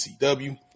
ECW